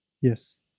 Yes